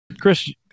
Chris